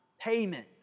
payment